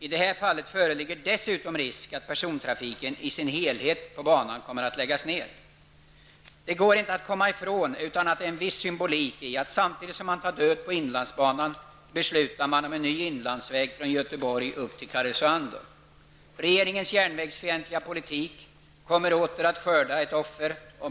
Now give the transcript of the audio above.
I det här fallet föreligger dessutom risk att persontrafiken i sin helhet på banan läggs ned. Det går inte att komma ifrån att det är en viss symbolik i att samtidigt som man tar död på inlandsbanan beslutar man om en ny inlandsväg från Göteborg upp till Karesuando. Regeringens järnvägsfientliga politik har åter skördat ett offer.